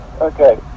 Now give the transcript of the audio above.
Okay